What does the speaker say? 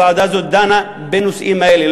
הוועדה הזאת דנה בנושאים האלה,